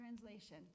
Translation